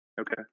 Okay